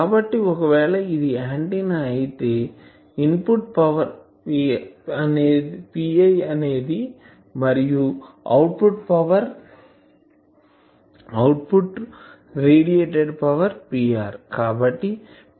కాబట్టి ఒకవేళ ఇది ఆంటిన్నా అయితే ఇన్పుట్ పవర్ అనేది Pi మరియు అవుట్పుట్ రేడియేటెడ్ పవర్ Pr